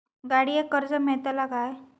गाडयेक कर्ज मेलतला काय?